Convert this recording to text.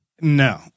No